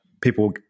people